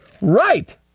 Right